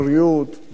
בתעסוקה,